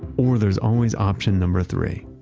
or there's always option number three,